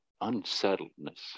unsettledness